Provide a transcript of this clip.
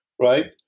right